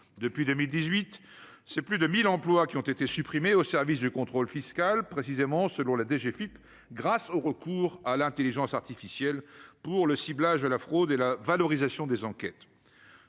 depuis 2018, c'est plus de 1000 emplois qui ont été supprimés au service du contrôle fiscal, précisément, selon la DGFIP, grâce au recours à l'Intelligence artificielle pour le ciblage de la fraude et la valorisation des enquêtes,